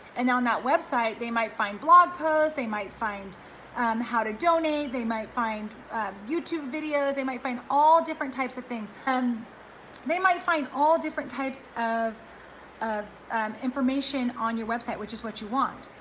and on that website, they might find blog posts, they might find um how to donate, they might find youtube videos, they might find all different types of things. and they might find all different types of of information on your website, which is what you want.